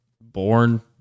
born